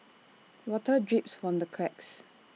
water drips from the cracks